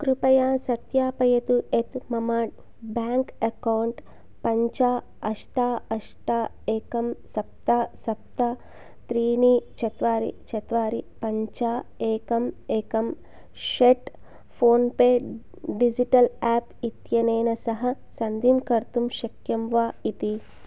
कृपया सत्यापयतु यत् मम बेङ्क् अक्कौण्ट् पञ्च अष्ट अष्ट एकं सप्त सप्त त्रीणि चत्वारि चत्वारि पञ्च एकं एकं षट् फ़ोन्पे डिजिटल् एप् इत्यनेन सह सन्धिं कर्तुं शक्यं वा इति